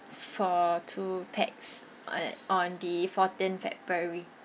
booking for two pax and on the fourteen february